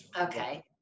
Okay